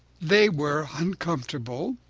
they were uncomfortable,